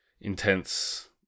intense